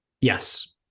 Yes